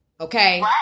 okay